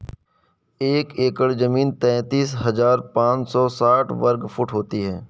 एक एकड़ जमीन तैंतालीस हजार पांच सौ साठ वर्ग फुट होती है